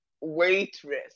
Waitress